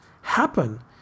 happen